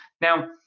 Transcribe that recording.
Now